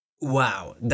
Wow